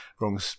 wrong